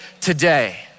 today